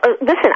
listen